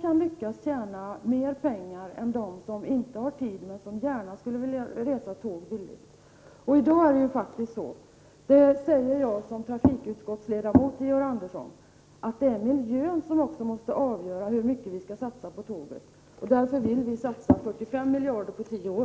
kan lyckas tjäna mer pengar än de som inte har tid men som gärna skulle vilja resa billigt med tåg. Som trafikutskottsledamot säger jag, Georg Andersson, att det i dag är miljön som måste avgöra hur mycket vi skall satsa på tåget, och därför vill vpk satsa 45 miljarder på tio år.